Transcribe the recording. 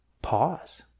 pause